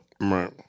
Right